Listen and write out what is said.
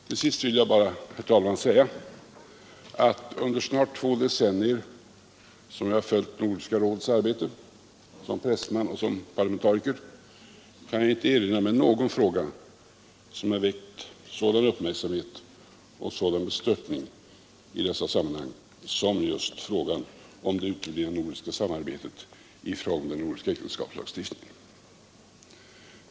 Till sist vill jag bara säga att jag under snart två decennier har följt Nordiska rådets arbete, både som pressman och som parlamentariker, men jag kan inte erinra mig någon fråga som under den tiden har väckt sådan uppmärksamhet och bestörtning som denna om det uteblivna nordiska samarbetet rörande den nordiska äktenskapslagstiftningen.